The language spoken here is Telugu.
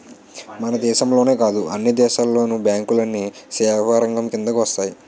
మన దేశంలోనే కాదు అన్ని దేశాల్లోను బ్యాంకులన్నీ సేవారంగం కిందకు వస్తాయి